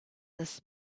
this